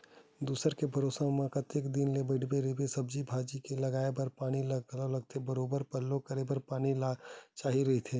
दूसर के भरोसा म कतेक दिन ले बइठे रहिबे, सब्जी भाजी के लगाये बर पानी लगथे ओला बरोबर पल्लो करे बर पानी चाही रहिथे